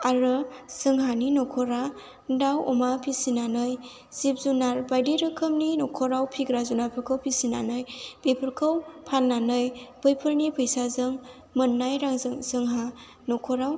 आरो जोंहानि न'खरा दाउ अमा फिसिनानै जिब जुनार बायदि रोखोमनि न'खराव फिसिग्रा जुनारफोरखौ फिसिनानै बेफोरखौ फाननानै बैफोरनि फैसाजों मोननाय रांजों जोंहा न'खराव